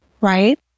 right